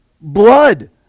blood